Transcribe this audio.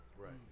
Right